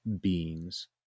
beings